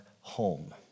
home